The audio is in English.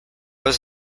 was